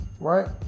right